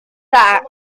that